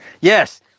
Yes